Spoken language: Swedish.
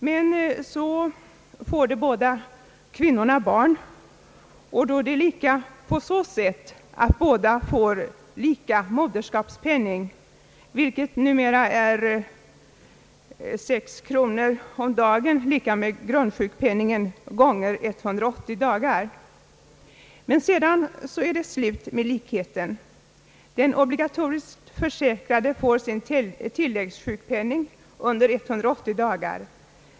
Men så får de båda kvinnorna barn, och då är de lika på så sätt att båda får lika moderskapspenning, vilken numera är 6 kronor om dagen = grundsjukpenningen gånger 180 dagar. Men sedan är det slut med likheten. Den obligatoriskt försäkrade får sin tilläggssjukpenning under 180 dagar.